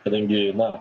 kadangi na